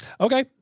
Okay